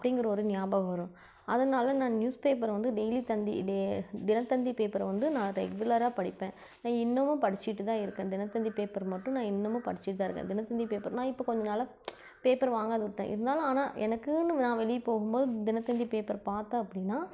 அப்படிங்குற ஒரு நியாபகம் வரும் அதனால நான் நியூஸ் பேப்பர் வந்து டெய்லி தந்தி டெ தினத்தந்தி பேப்பர் வந்து நான் ரெகுலராக படிப்பேன் நான் இன்னமும் படிச்சிட்டு தான் இருக்கேன் தினத்தந்தி பேப்பர் மட்டும் நான் இன்னமும் படிச்சிட்டு தான் இருக்கேன் தினத்தந்தி பேப்பர் நான் இப்போ கொஞ்சம் நாளாக பேப்பர் வாங்கிறத விட்டுட்டேன் இருந்தாலும் ஆனால் எனக்குன்னு நான் வெளியே போகும் போது தினத்தந்தி பேப்பர் பார்த்தேன் அப்படின்னா